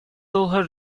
долго